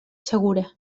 segura